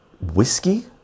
whiskey